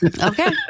Okay